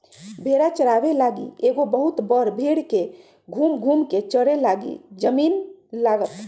भेड़ा चाराबे लागी एगो बहुत बड़ भेड़ के घुम घुम् कें चरे लागी जमिन्न लागत